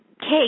cake